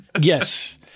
Yes